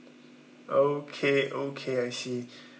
okay okay I see